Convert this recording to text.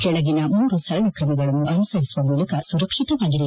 ಕೆಳಗಿನ ಮೂರು ಸರಳ ಕ್ರಮಗಳನ್ನು ಅನುಸರಿಸುವ ಮೂಲಕ ಸುರಕ್ಷಿತವಾಗಿರಿ